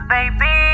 Baby